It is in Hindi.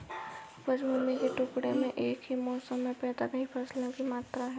उपज भूमि के टुकड़े में एक ही मौसम में पैदा की गई फसल की मात्रा है